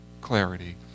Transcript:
clarity